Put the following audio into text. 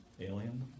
Alien